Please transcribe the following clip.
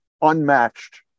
unmatched